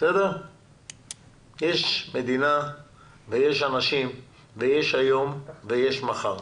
יש מדינה ויש אנשים ויש היום ויש מחר.